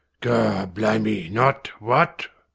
gawblimy, not what?